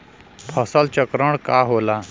फसल चक्रण का होला?